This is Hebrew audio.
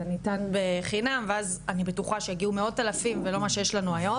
אלא ניתן בחינם ואז אני בטוחה שיגיעו מאות אלפים ולא מה שיש לנו היום.